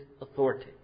authority